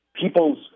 people's